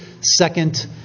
second